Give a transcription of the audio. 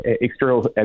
external